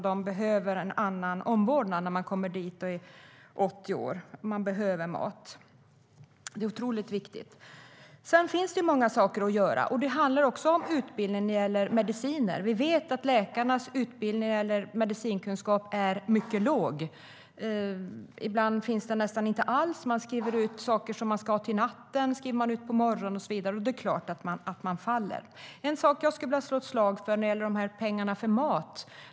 De behöver en annan omvårdnad när de kommer dit och är 80 år, och de behöver mat. Det är otroligt viktigt. Det finns en sak som jag vill slå ett slag för när det gäller pengarna för mat.